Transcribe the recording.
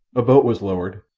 a boat was lowered,